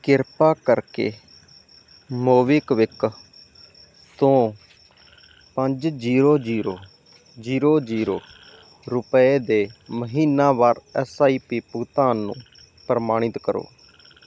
ਕਿਰਪਾ ਕਰਕੇ ਮੋਬੀਕਵਿਕ ਤੋਂ ਪੰਜ ਜੀਰੋ ਜੀਰੋ ਜੀਰੋ ਜੀਰੋ ਰੁਪਏ ਦੇ ਮਹੀਨਾਵਾਰ ਐੱਸ ਆਈ ਪੀ ਭੁਗਤਾਨ ਨੂੰ ਪ੍ਰਮਾਣਿਤ ਕਰੋ